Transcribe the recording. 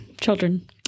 Children